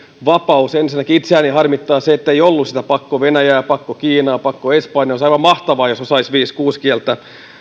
vapaus ensinnäkin itseäni harmittaa se että ei ollut pakkovenäjää pakkokiinaa pakkoespanjaa olisi aivan mahtavaa jos osaisi viisi kuusi kieltä